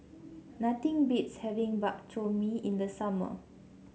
nothing beats having Bak Chor Mee in the summer